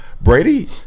Brady